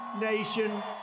nation